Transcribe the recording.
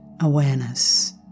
awareness